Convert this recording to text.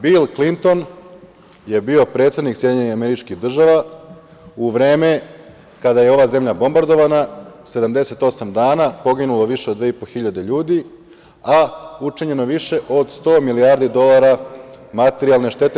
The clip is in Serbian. Bil Klinton je bio predsednik SAD u vreme kada je ova zemlja bombardovana 78 dana, poginulo je više od 2.500 ljudi, a učinjeno je više od 100 milijardi dolara materijalne štete.